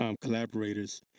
collaborators